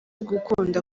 gukunda